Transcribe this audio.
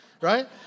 right